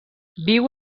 viu